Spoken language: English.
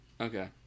Okay